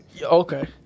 Okay